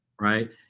right